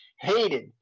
hated